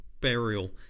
burial